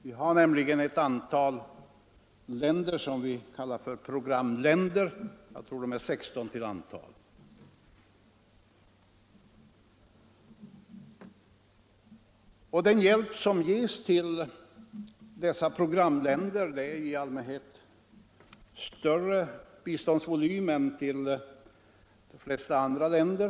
Vi har ju ett antal länder som vi kallar så — de är 16 till antalet. Den hjälp som ges till dessa programländer har i allmänhet större biståndsvolym än hjälpen till de flesta andra länder.